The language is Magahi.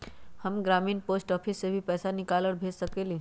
हम ग्रामीण पोस्ट ऑफिस से भी पैसा निकाल और भेज सकेली?